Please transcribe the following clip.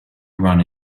run